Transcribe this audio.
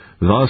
Thus